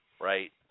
right